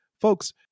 folks